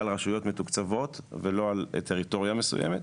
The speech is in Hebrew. על רשויות מתוקצבות ולא על טריטוריה מסוימת,